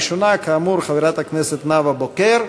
הראשונה, כאמור, חברת הכנסת נאוה בוקר.